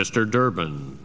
mr durban